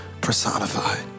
personified